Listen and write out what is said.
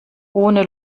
ohne